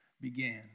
began